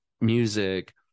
music